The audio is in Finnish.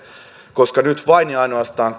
koska nyt kilpaillaan vain ja ainoastaan